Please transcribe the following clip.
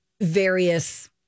various